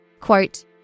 Quote